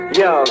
yo